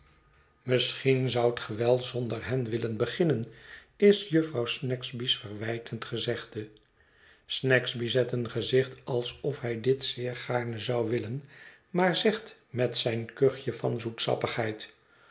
misschien zoudt ge wel zonder hen willen beginnen is jufvrouw snagsby's verwijtend gezegde snagsby zet een gezicht alsof hij dit zeer gaarne zou willen maar zegt met zijn kuch tj e van